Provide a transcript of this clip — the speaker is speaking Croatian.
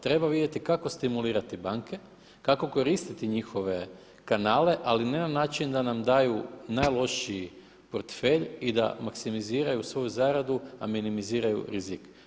Treba vidjeti kako stimulirati banke, kako koristiti njihove kanale, ali ne na način da nam daju najlošiji portfelj i da makimiziraju svoju zaradu a minimiziraju rizik.